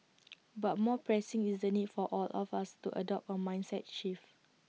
but more pressing is the need for all of us to adopt A mindset shift